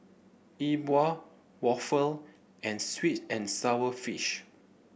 E Bua waffle and sweet and sour fish